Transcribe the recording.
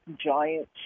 giant